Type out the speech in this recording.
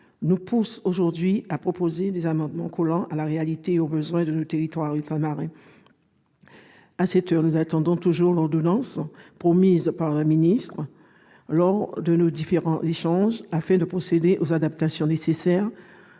nous a amenés à proposer des amendements collant à la réalité et aux besoins de nos territoires ultramarins. À cette heure, nous attendons toujours le projet d'ordonnance promis par Mme la ministre lors de nos différents échanges et destiné à procéder aux adaptations nécessaires.